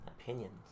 Opinions